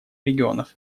регионов